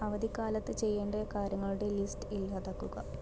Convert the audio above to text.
അവധിക്കാലത്ത് ചെയ്യേണ്ട കാര്യങ്ങളുടെ ലിസ്റ്റ് ഇല്ലാതാക്കുക